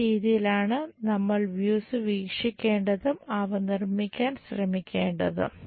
ഈ രീതിയിലാണ് നമ്മൾ വ്യൂസ് വീക്ഷിക്കേണ്ടതും അവ നിർമ്മിക്കാൻ ശ്രമിക്കേണ്ടതും